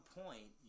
point